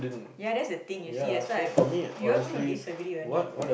ya that's the thing you see I so I you're going to disagree on it